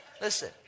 listen